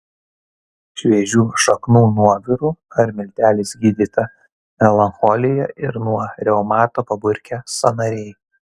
šviežių šaknų nuoviru ar milteliais gydyta melancholija ir nuo reumato paburkę sąnariai